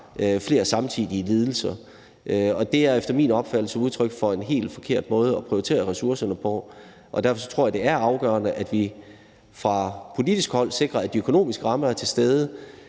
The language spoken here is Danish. flere samtidige lidelser; det er klart. Det er efter min opfattelse udtryk for en helt forkert måde at prioritere ressourcerne på, og derfor tror jeg, det er afgørende, at vi fra politisk hold sikrer, at de økonomiske rammer er til stede,